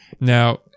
Now